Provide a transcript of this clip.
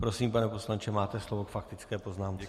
Prosím, pane poslanče, máte slovo k faktické poznámce.